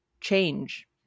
change